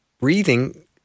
breathing